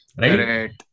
right